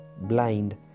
blind